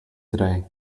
today